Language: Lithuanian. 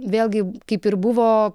vėlgi kaip ir buvo